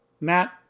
Matt